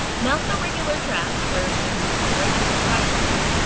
not the regular trash where it would just break through the trash liner.